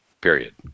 period